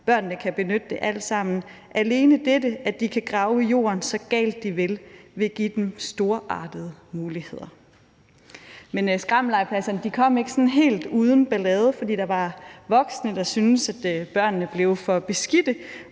Børnene kan benytte det alt sammen. Alene dette, at de kan grave i jorden, så galt de vil giver dem storartede muligheder.« Men skrammellegepladserne kom ikke helt uden ballade, for der var voksne, der syntes, at børnene blev for beskidte.